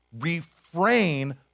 refrain